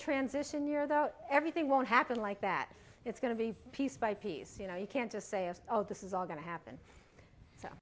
transition year though everything won't happen like that it's going to be piece by piece you know you can't just say as all this is all going to happen